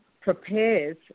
prepares